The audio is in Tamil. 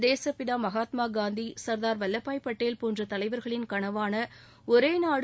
தேசப்பிதா காந்தி சர்தார் வல்லபாய் பட்டேல் போன்ற தலைவர்களின் கனவான ஒரே நாடு